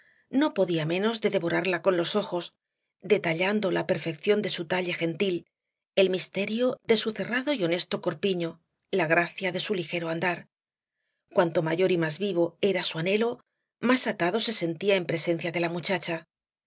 no podía menos de devorarla con los ojos detallando la perfección de su talle gentil el misterio de su cerrado y honesto corpiño la gracia de su ligero andar cuanto mayor y más vivo era su anhelo más atado se sentía en presencia de la muchacha